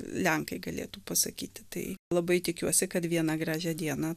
lenkai galėtų pasakyti tai labai tikiuosi kad vieną gražią dieną